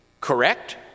correct